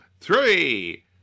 three